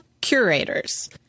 curators